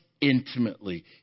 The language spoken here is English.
intimately